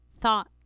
thought